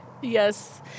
Yes